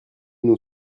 nous